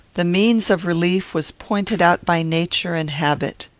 the means of relief was pointed out by nature and habit.